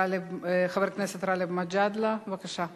חבר הכנסת גאלב מג'אדלה, בבקשה.